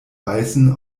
weißen